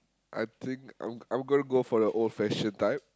I think I'm I'm gonna go for the old-fashioned type